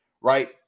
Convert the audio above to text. Right